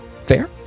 fair